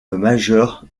majeur